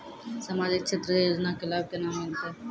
समाजिक क्षेत्र के योजना के लाभ केना मिलतै?